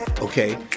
okay